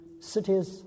cities